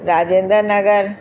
Rajendra Nagar